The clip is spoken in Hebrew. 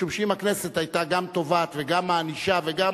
משום שאם הכנסת היתה גם תובעת וגם מענישה וגם,